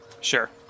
Sure